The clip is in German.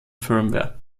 firmware